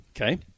Okay